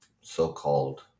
so-called